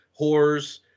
whores